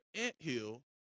anthill